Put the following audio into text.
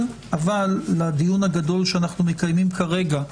אבל לדיון הגדול שאנחנו מקיימים כרגע,